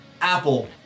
Apple